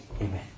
Amen